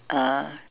uh